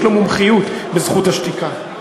יש לו מומחיות בזכות השתיקה.